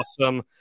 awesome